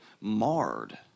marred